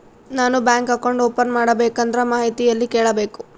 ನಾನು bank account open ಮಾಡಬೇಕಂದ್ರ ಮಾಹಿತಿ ಎಲ್ಲಿ ಕೇಳಬೇಕು?